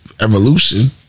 evolution